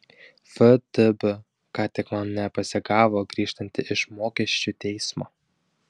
ftb ką tik mane pasigavo grįžtantį iš mokesčių teismo